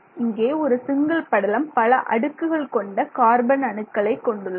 இங்கே ஒரு சிங்கிள் படலம் பல அடுக்குகள் கொண்ட கார்பன் அணுக்களை கொண்டுள்ளது